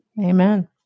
Amen